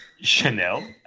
Chanel